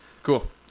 Cool